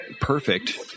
perfect